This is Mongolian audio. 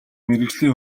мэргэжлийн